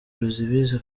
ruzibiza